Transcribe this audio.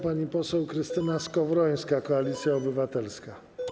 Pani poseł Krystyna Skowrońska, Koalicja Obywatelska.